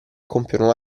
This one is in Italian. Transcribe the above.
compiono